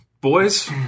boys